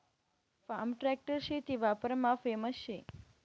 form tractor शेती वापरमा famous शे